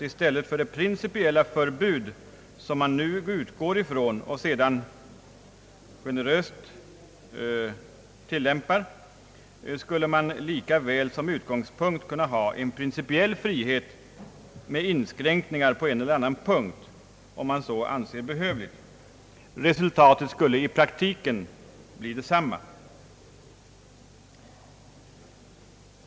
I stället för det principiella förbud, som man nu utgår ifrån och sedan generöst tilllämpar, skulle man lika väl som utgångspunkt kunna ha en principiell frihet med inskränkningar på en eller annan punkt, om man så anser behövligt. Resultatet skulle i praktiken bli detsamma.